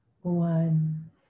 one